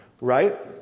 right